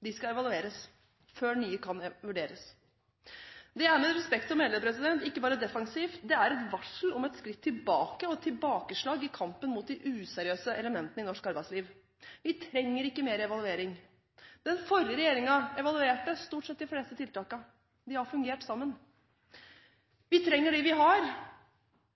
innført, skal evalueres før nye kan vurderes. Det er, med respekt å melde, ikke bare defensivt, det er et varsel om et skritt tilbake og et tilbakeslag i kampen mot de useriøse elementene i norsk arbeidsliv. Vi trenger ikke mer evaluering. Den forrige regjeringen evaluerte stort sett de fleste tiltakene. De har fungert sammen. Vi trenger de vi har,